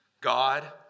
God